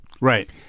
Right